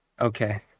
Okay